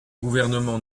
gouvernement